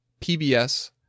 PBS